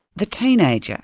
the teenager,